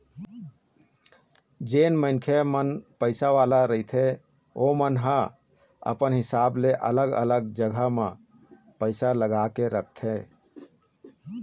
जेन मनखे मन पइसा वाले रहिथे ओमन ह अपन हिसाब ले अलग अलग जघा मन म पइसा लगा के रखथे